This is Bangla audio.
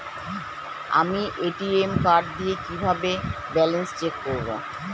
আমি এ.টি.এম কার্ড দিয়ে কিভাবে ব্যালেন্স চেক করব?